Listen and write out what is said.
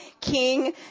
King